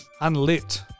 Unlit